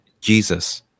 Jesus